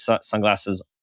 sunglasses